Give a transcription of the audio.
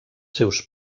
seus